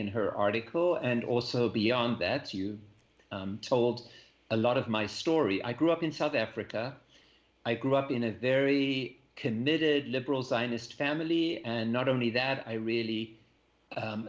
in her article and also beyond that you told a lot of my story i grew up in south africa i grew up in a very committed liberal zionist family and not only that i really